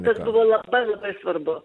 tas buvo labai labai svarbu